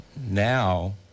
now